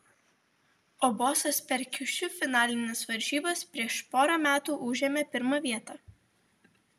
o bosas per kiušiu finalines varžybas prieš porą metų užėmė pirmą vietą